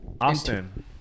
Austin